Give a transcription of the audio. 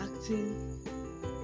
acting